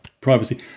privacy